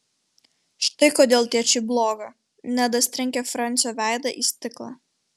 štai kodėl tėčiui bloga nedas trenkė fransio veidą į stiklą